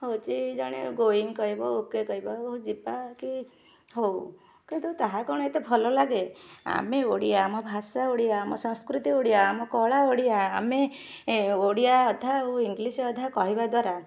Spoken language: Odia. ହଉଛି ଜଣେ ଗୋଇଙ୍ଗ କହିବ ଓ କେ କହିବ ହଉ ଯିବା କି ହଉ କିନ୍ତୁ ତାହା କ'ଣ ଏତେ ଭଲ ଲାଗେ ଆମେ ଓଡ଼ିଆ ଆମ ଭାଷା ଓଡ଼ିଆ ଆମ ସାଂସ୍କୃତି ଓଡ଼ିଆ ଆମ କଳା ଓଡ଼ିଆ ଆମେ ଓଡ଼ିଆ ଆଧା ଓ ଇଂଲିଶ ଅଧା କହିବା ଦ୍ୱାରା